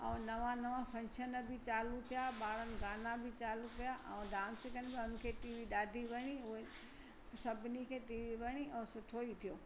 ऐं नवां नवां फंक्शन बि चालू कया ॿारनि गाना बि चालू कया ऐं डांस बि कनि पिया हुन खे टीवी ॾाढी वणी उहे सभिनी खे टीवी वणी ऐं सुठो ई थियो